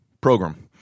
Program